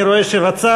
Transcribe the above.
אני רואה שרצית,